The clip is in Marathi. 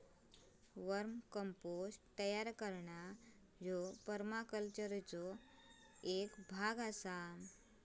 वर्म कंपोस्ट तयार करणा ह्यो परमाकल्चरचो एक भाग आसा